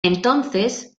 entonces